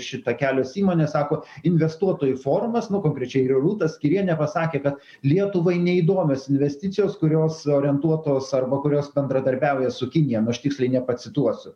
šitą kelios įmonės sako investuotojų forumas nu konkrečiai rūta skyrienė pasakė kad lietuvai neįdomios investicijos kurios orientuotos arba kurios bendradarbiauja su kinija nu aš tiksliai nepacituosiu